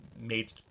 made